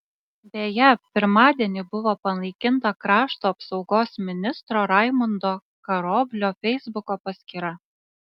beje pirmadienį buvo panaikinta krašto apsaugos ministro raimundo karoblio feisbuko paskyra